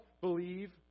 believe